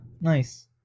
nice